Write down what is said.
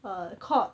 uh called